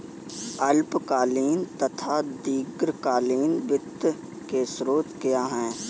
अल्पकालीन तथा दीर्घकालीन वित्त के स्रोत क्या हैं?